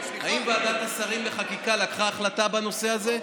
האם ועדת השרים לחקיקה קיבלה החלטה בנושא הזה?